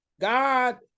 God